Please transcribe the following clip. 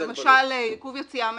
למשל עיכוב יציאה מהארץ.